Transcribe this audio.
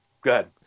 good